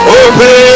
open